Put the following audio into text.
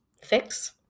fix